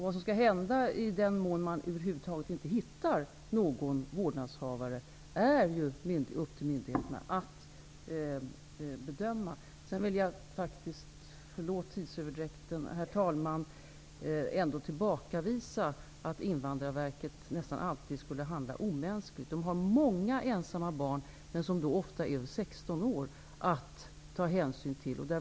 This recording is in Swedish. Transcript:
Vad som skall hända om man över huvud taget inte hittar någon vårdnadshavare är det myndigheternas sak att bedöma. Jag vill, herr talman, tillbakavisa Annika Åhnbergs påstående att Invandrarverket nästa alltid skulle handla omänskligt. Invandrarverket har många ensamma barn, som dock ofta är över 16 år, att ta hänsyn till.